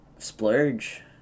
Splurge